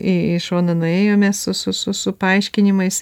į šoną nuėjome su su su paaiškinimais